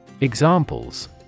Examples